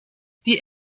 die